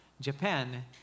Japan